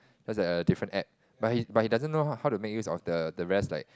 just that a different app but he but he doesn't know how to make use of the the rest like